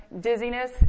dizziness